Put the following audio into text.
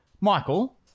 Michael